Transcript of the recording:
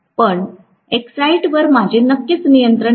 पण एकसाईट वर माझे नक्कीच नियंत्रण नाही